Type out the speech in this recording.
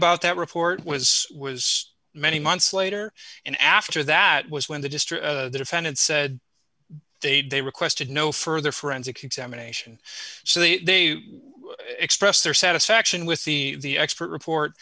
about that report was was many months later and after that was when the district defendant said they'd they requested no further forensic examination so they express their satisfaction with see the expert report